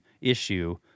issue